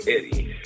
Eddie